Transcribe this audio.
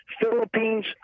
Philippines